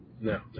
No